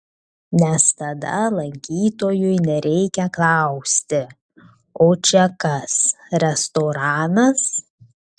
nes tada lankytojui nereikia klausti o čia kas restoranas